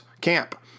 camp